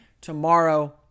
tomorrow